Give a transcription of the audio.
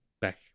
back